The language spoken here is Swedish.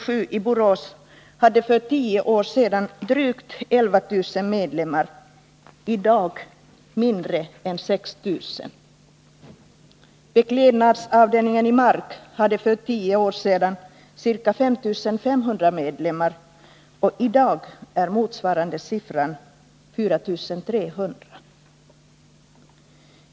7 i Borås hade för tio år sedan drygt 11 000 medlemmar, i dag mindre än 6 000. Beklädnadsavdelningen i Mark hade för tio år sedan ca 5 500 medlemmar, och i dag är motsvarande siffra 4 300 medlemmar.